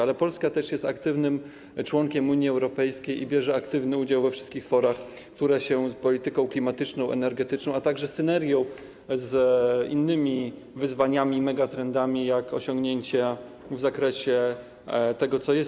Ale Polska jest też aktywnym członkiem Unii Europejskiej i bierze aktywny udział we wszystkich forach, które się polityką klimatyczną, energetyczną, a także synergią z innymi wyzwaniami, megatrendami jak osiągnięcia w zakresie tego, co jest.